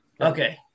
Okay